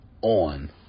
on